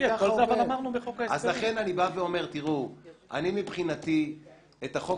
לכן אני אומר שאני מבחינתי את החוק